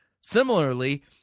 Similarly